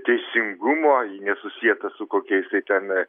teisingumo ji nesusieta su kokiais tai ten